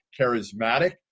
charismatic